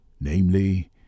namely